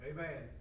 Amen